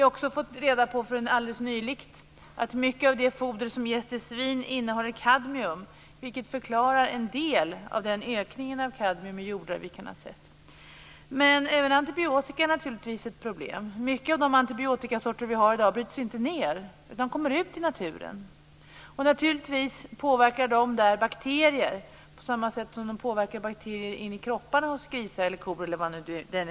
Alldeles nyligen fick vi reda på att mycket av det foder som ges till svin innehåller kadmium, vilket förklarar en del av den ökning av kadmium i jorden som vi har kunnat se. Även antibiotika är ett problem. Många av dagens antibiotikasorter bryts inte ned, utan de kommer ut i naturen. Naturligtvis påverkas då bakterier på samma sätt som antibiotika påverkar bakterier i kropparna hos grisar eller kor.